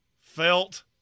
felt